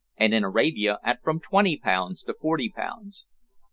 and in arabia at from twenty pounds to forty pounds.